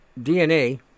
DNA